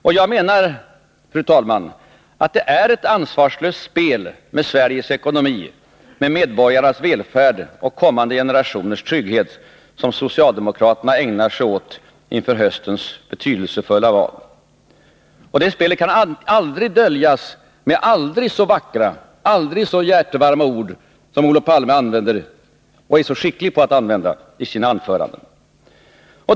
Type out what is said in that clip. Det är, fru talman, ett ansvarslöst spel med Sveriges ekonomi, med medborgarnas välfärd och med kommande generationers trygghet som socialdemokraterna ägnar sig åt inför höstens betydelsefulla val. Det spelet kan aldrig döljas med aldrig så vackra eller hjärtevarma ord som Olof Palme använder — och är så skicklig på att använda — i sina anföranden.